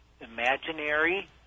imaginary